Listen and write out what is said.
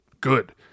good